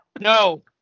No